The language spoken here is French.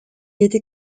était